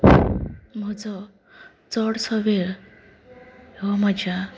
म्हजो चडसो वेळ हो म्हज्या